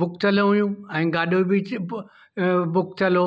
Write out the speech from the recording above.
book थियलु हुइयूं ऐं गाॾो बि बुक थियलु हो